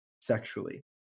sexually